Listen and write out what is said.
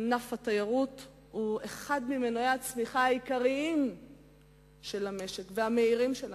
ענף התיירות הוא אחד ממנועי הצמיחה העיקריים והמהירים של המשק.